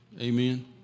Amen